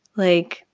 like,